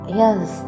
yes